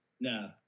No